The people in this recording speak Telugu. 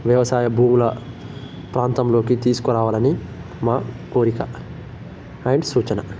వ్యవసాయ భూముల ప్రాంతంలోకి తీసుకురావాలని మా కోరిక అండ్ సూచన